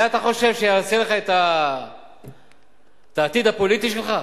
זה אתה חושב שיעשה לך את העתיד הפוליטי שלך?